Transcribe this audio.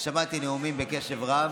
ושמעתי נאומים בקשב רב,